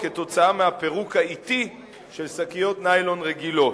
כתוצאה מהפירוק האטי של שקיות ניילון רגילות.